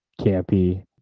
campy